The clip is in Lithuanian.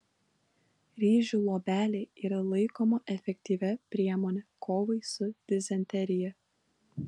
ryžių luobelė yra laikoma efektyvia priemone kovai su dizenterija